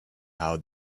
how